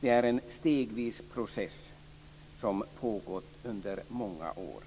Det här är en stegvis process som pågått under många år.